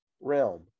realm